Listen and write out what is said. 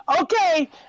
okay